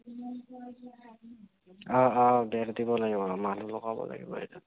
অ' অ' বেৰ দিব লাগিব মানুহ লগাব লাগিব সেইটোত